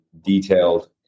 detailed